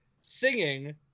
singing